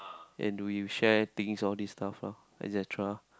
and we we share things all this stuff lah et cetera